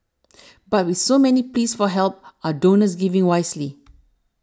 but with so many pleas for help are donors giving wisely